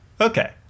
okay